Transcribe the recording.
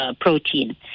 protein